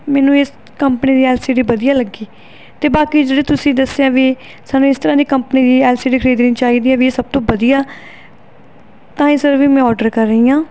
ਮੈਨੂੰ ਇਸ ਕੰਪਨੀ ਦੀ ਐਲ ਸੀ ਡੀ ਵਧੀਆ ਲੱਗੀ ਅਤੇ ਬਾਕੀ ਜਿਹੜੇ ਤੁਸੀਂ ਦੱਸਿਆ ਵੀ ਸਾਨੂੰ ਇਸ ਤਰ੍ਹਾਂ ਦੀ ਕੰਪਨੀ ਦੀ ਐਲ ਸੀ ਡੀ ਖ਼ਰੀਦਣੀ ਚਾਹੀਦੀ ਹੈ ਵੀ ਇਹ ਸਭ ਤੋਂ ਵਧੀਆ ਤਾਂ ਸਰ ਵੀ ਇਹ ਮੈਂ ਆਰਡਰ ਕਰ ਰਹੀ ਹਾਂ